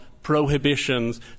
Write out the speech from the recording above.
Prohibitions